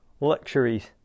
luxuries